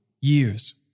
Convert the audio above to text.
years